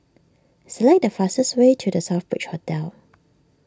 select the fastest way to the Southbridge Hotel